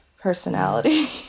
personality